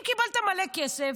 אם קיבלת מלא כסף,